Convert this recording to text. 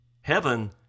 Heaven